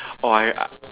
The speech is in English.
oh I